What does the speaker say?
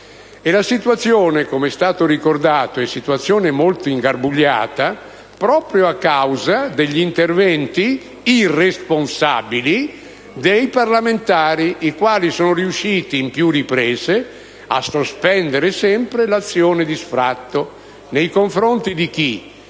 è la verità. Come è stato ricordato, la situazione è molto ingarbugliata proprio a causa degli interventi irresponsabili dei parlamentari, i quali sono riusciti, in più riprese, a sospendere sempre l'azione di sfratto. Nei confronti di chi?